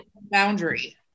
boundary